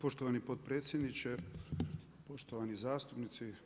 Poštovani potpredsjedniče, poštovani zastupnici.